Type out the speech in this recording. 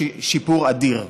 יש שיפור אדיר,